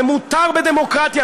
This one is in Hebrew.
זה מותר בדמוקרטיה.